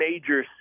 major